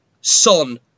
Son